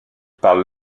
parle